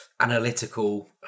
analytical